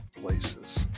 places